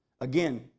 Again